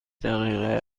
دقیقه